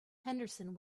henderson